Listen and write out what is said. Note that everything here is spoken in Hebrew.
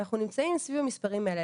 אנחנו נמצאים סביב המספרים האלה,